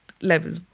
level